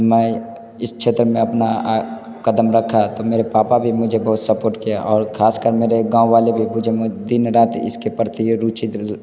मैं इस क्षेत्र में अपना कदम रखा तो मेरे पापा भी मुझे बहुत सपोर्ट किए और ख़ास कर मेरे गाँव वाले भी भूज में दिन रात इसके प्रति रुचि